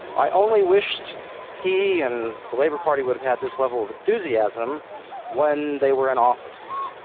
i only wished he and the labor party would have had this level of enthusiasm when they were in office.